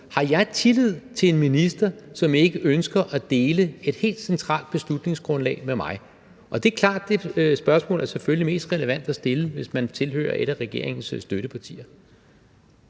Har jeg tillid til en minister, som ikke ønsker at dele et helt centralt beslutningsgrundlag med mig? Og det er klart, at det spørgsmål selvfølgelig er mest relevant at stille, hvis man tilhører et af regeringens støttepartier.